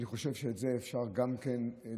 אני חושב שגם בזה אפשר לטפל,